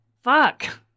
Fuck